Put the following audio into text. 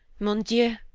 mon dieu,